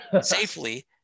Safely